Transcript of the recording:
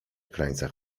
krańcach